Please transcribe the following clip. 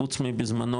חוץ מזמנו,